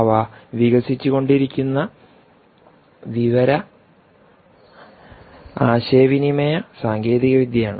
അവ വികസിച്ചുകൊണ്ടിരിക്കുന്ന വിവര ആശയവിനിമയ സാങ്കേതികവിദ്യയാണ്